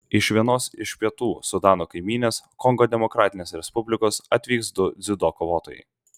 iš vienos iš pietų sudano kaimynės kongo demokratinės respublikos atvyks du dziudo kovotojai